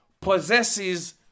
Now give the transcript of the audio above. possesses